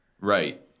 Right